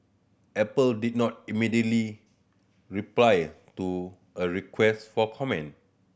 apple did not immediately reply to a request for comment